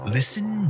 Listen